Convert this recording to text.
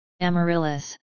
Amaryllis